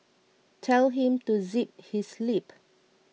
tell him to zip his lip